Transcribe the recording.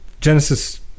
Genesis